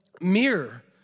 mirror